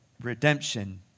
Redemption